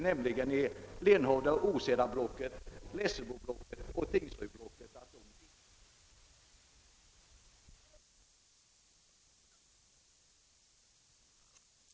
Det gäller Lenhovda-Åseda-blocket, Lesseboblocket och Tingsrydblocket, vilka alltså enligt herr Gustavsson i Alvesta inte är utvecklingsbara.